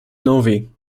novi